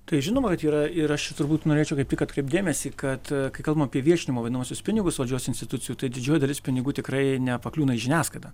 tai žinoma kad yra ir aš čia turbūt norėčiau kaip tik atkreipt dėmesį kad kai kalbam apie viešinimo vadinamuosius pinigus valdžios institucijų tai didžioji dalis pinigų tikrai nepakliūna į žiniasklaidą